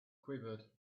quivered